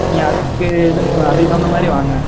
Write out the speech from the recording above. நீங்கள் அதுக்கு இதுவும் அதுக்குத் தகுந்த மாதிரி வாங்க